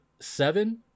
seven